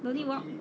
don't need walk